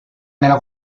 nella